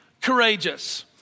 courageous